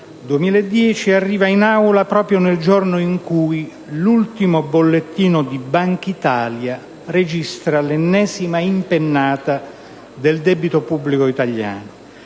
2010 arriva in Aula proprio nel giorno in cui l'ultimo bollettino di Bankitalia registra l'ennesima impennata del debito pubblico italiano,